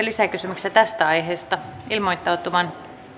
lisäkysymyksiä tästä aiheesta ilmoittautumaan